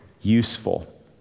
useful